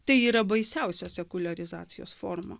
tai yra baisiausia sekuliarizacijos forma